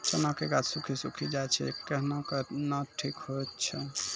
चना के गाछ सुखी सुखी जाए छै कहना को ना ठीक हो छै?